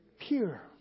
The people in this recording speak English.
Pure